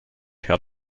herr